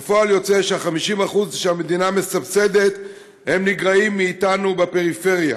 בפועל יוצא שה-50% שהמדינה מסבסדת נגרעים מאתנו בפריפריה,